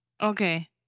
Okay